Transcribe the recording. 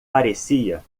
parecia